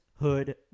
Hood